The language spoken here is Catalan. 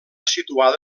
situada